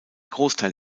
großteil